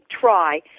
try